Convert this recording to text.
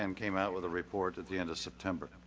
um came out with a report at the end of september.